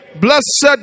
Blessed